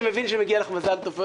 אני מבין שמגיע לך מזל טוב,